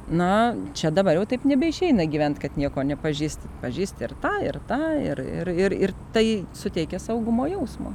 na čia dabar jau taip nebeišeina gyvent kad nieko nepažįsti pažįsti ir tą ir tą ir ir ir tai suteikia saugumo jausmo